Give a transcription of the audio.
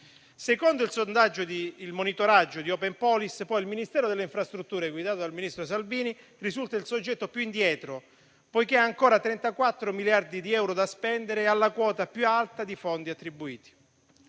Secondo il monitoraggio di Openpolis, il Ministero delle infrastrutture guidato dal ministro Salvini risulta il soggetto più indietro, poiché ha ancora 34 miliardi di euro da spendere e ha la quota più alta di fondi attribuiti.